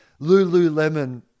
Lululemon